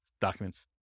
documents